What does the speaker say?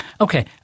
Okay